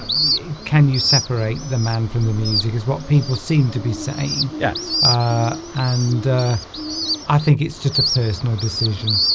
ah can you separate the man from the music is what people seem to be saying yes and i think it's just a personal decision